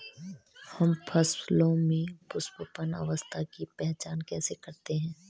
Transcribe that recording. हम फसलों में पुष्पन अवस्था की पहचान कैसे करते हैं?